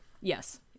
Yes